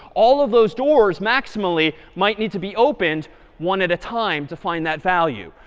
all of those doors maximally might need to be opened one at a time to find that value.